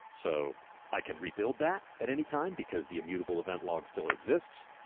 so i can rebuild that at any time, because the immutable event log still exists.